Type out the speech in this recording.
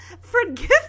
forgive